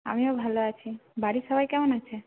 আমিও ভালো আছি বাড়ির সবাই কেমন আছে